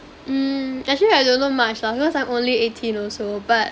mm actually I don't know much lah because I'm only eighteen also but